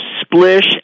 Splish